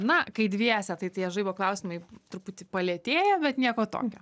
na kai dviese tai tie žaibo klausimai truputį palėtėja bet nieko tokio